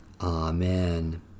Amen